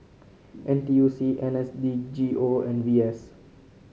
N T U C N S D G O and V S